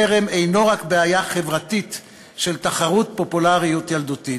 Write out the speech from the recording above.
חרם אינו רק בעיה חברתית של תחרות פופולריות ילדותית,